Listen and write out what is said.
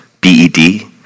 B-E-D